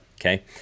Okay